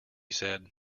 said